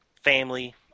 family